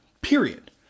Period